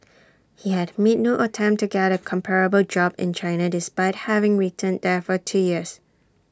he had made no attempt to get A comparable job in China despite having returned there for two years